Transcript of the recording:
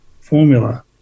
formula